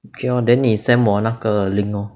okay orh then 你 send 我那个 link orh